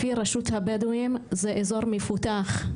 לפי רשות הבדואים זה אזור מפותח.